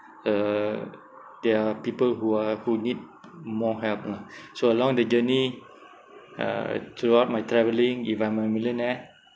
uh there are people who are who need more help lah so along the journey uh throughout my travelling if I'm a millionaire